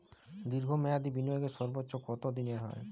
দীর্ঘ মেয়াদি বিনিয়োগের সর্বোচ্চ কত দিনের হয়?